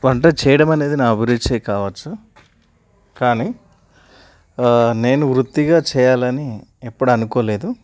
వంట చేయడం అనేది నా అభిరుచే కావచ్చు కానీ నేను వృత్తిగా చేయాలని ఎప్పుడూ అనుకోలేదు